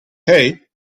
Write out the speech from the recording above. hey